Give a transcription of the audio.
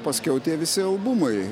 paskiau tie visi albumai